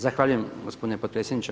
Zahvaljujem, gospodine potpredsjedniče.